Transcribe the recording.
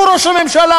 הוא ראש הממשלה.